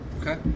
Okay